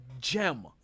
gem